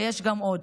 שיש גם עוד.